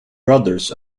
brothers